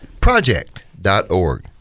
project.org